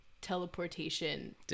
teleportation